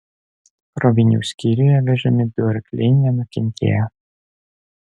krovinių skyriuje vežami du arkliai nenukentėjo